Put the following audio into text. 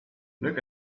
look